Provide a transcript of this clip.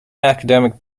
academic